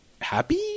happy